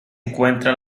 encuentra